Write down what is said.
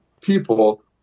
people